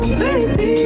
baby